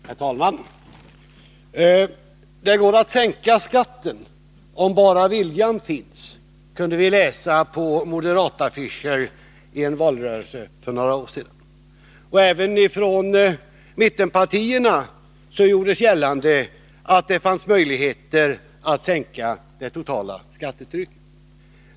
Herr talman! ”Det går att sänka skatten, om bara viljan finns”, kunde vi läsa på moderataffischer i en valrörelse för några år sedan. Även från mittenpartierna gjordes gällande att det fanns möjligheter att sänka det totala skattetrycket.